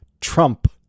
Trump